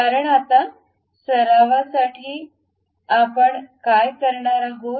कारण आत्ता सरावसाठी आपण काय करणार आहोत